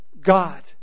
God